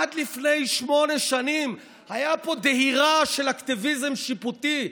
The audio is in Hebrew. עד לפני שמונה שנים הייתה פה דהירה של אקטיביזם שיפוטי.